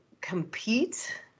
compete